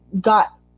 got